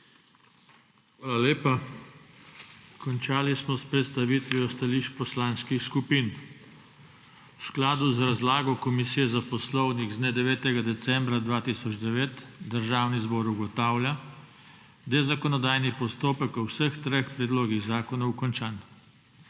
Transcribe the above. Hvala lepa. Končali smo s predstavitvijo stališč poslanskih skupin. V skladu z razlago Komisije za poslovnik z dne 9. decembra 2009 Državni zbor ugotavlja, da je zakonodajni postopek o vseh treh predlogih zakonov končan.